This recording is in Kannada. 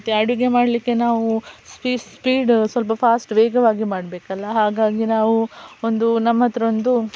ಮತ್ತು ಅಡುಗೆ ಮಾಡಲಿಕ್ಕೆ ನಾವು ಸ್ಪೀ ಸ್ಪೀಡ್ ಸ್ವಲ್ಪ ಫಾಸ್ಟ್ ವೇಗವಾಗಿ ಮಾಡಬೇಕಲ್ಲ ಹಾಗಾಗಿ ನಾವು ಒಂದು ನಮ್ಮಹತ್ರ ಒಂದು